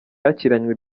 yakiranywe